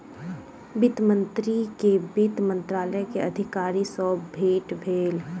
वित्त मंत्री के वित्त मंत्रालय के अधिकारी सॅ भेट भेल